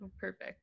Perfect